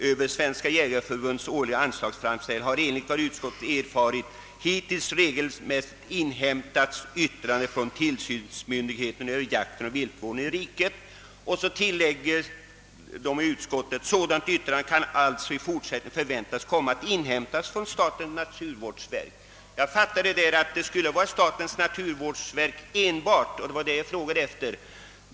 Över Svenska jägareförbundets årliga anslagsframställning har enligt vad utskottet erfarit hittills regelmässigt inhämtats yttrande från tillsynsmyndigheten över jakten och viltvården i riket.» Sedan tillägger utskottet: »Sådant yttrande kan alltså i fortsättningen förväntas komma att inhämtas från statens naturvårdsverk.» Jag fattar detta så, att det skulle vara statens naturvårdsverk enbart, och det var det jag frågade om.